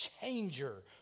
changer